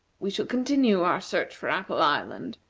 we shall continue our search for apple island,